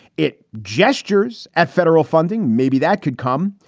it gestures at federal funding. maybe that could come.